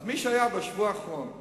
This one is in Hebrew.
אז מי שהיה בשבוע האחרון במקסיקו,